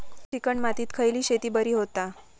Chicken मातीत खयली शेती बरी होता?